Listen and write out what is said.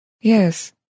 Yes